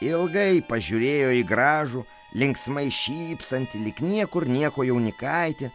ilgai pažiūrėjo į gražų linksmai šypsantį lyg niekur nieko jaunikaitį